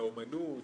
לאומנות,